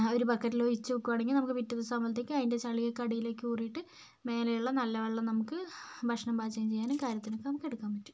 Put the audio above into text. ഒരു ബക്കറ്റിൽ ഒഴിച്ചുവെക്കുകയാണെങ്കിൽ നമുക്ക് പിറ്റേദിവസം ആകുമ്പോഴത്തേക്ക് അതിൻ്റെ ചളിയൊക്കെ അടിയിലേക്ക് ഊറിയിട്ട് മേലെയുള്ള നല്ല വെള്ളം നമുക്ക് ഭക്ഷണം പാചകം ചെയ്യാനും കാര്യത്തിനുമൊക്കെ നമ്മുക്കെടുക്കാൻ പറ്റും